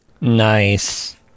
Nice